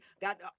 Got